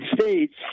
States